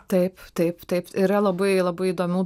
taip taip taip yra labai labai įdomių